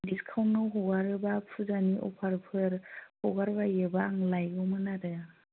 डिसकाउन्टआव हगारोब्ला फुजानि अफारफोर हगारबायोब्ला आं लायगौमोन आरो